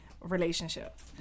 relationships